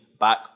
back